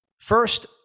first